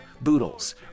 Boodles